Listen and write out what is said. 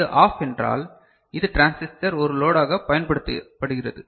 இது ஆஃப் என்றால் இது டிரான்சிஸ்டர் ஒரு லோடாக பயன்படுத்தப்படுகிறது